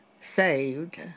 saved